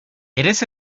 eres